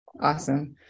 Awesome